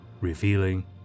revealing